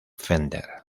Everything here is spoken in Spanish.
fender